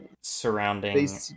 surrounding